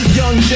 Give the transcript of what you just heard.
young